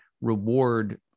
reward